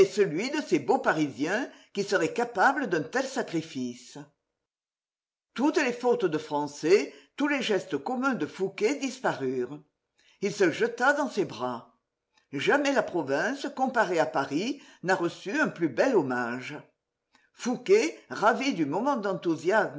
celui de ces beaux parisiens qui serait capable d'un tel sacrifice toutes les fautes de français tous les gestes communs de fouqué disparurent il se jeta dans ses bras jamais la province comparée à paris n'a reçu un plus bel hommage fouqué ravi du moment d'enthousiasme